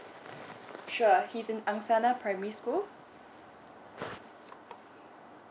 sure he's in angsana primary school